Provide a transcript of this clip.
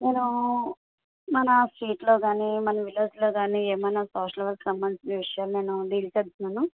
నేను మన స్టేట్లో కానీ మన విలేజ్లో కానీ ఏమన్న సోషల్ వర్క్ సంబంధించిన విషయాలు నేను డీల్ చేస్తున్నాను